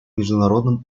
международном